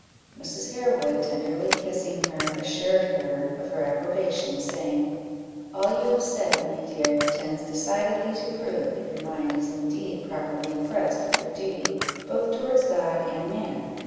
mrs. harewood, tenderly kissing her, assured her of her approbation, saying all you have said, my dear, tends decidedly to prove that your mind is indeed properly impressed with your duty both towards god and man,